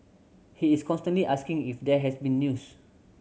he is constantly asking if there has been news